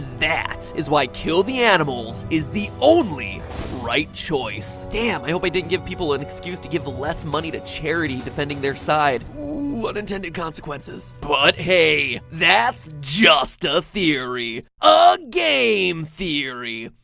that is why kill the animals is the only right choice. damn, i hope i didn't give people an excuse to give less money to charity defending their side. oooh, unintended consequences. but hey, that's just a theory. a game theory!